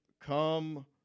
Come